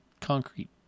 concrete